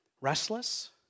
restless